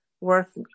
worth